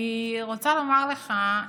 אני רוצה לומר לך,